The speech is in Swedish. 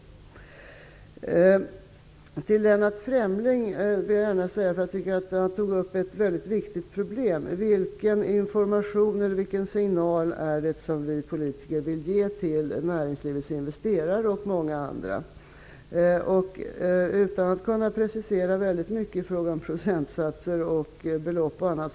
Lennart Fremling tog upp en viktig fråga, nämligen frågan om vilken information eller signal vi politiker vill ge till näringslivets investerare och många andra. Jag kan inte precisera mig så väldigt mycket när det gäller procentsatser, belopp och liknande.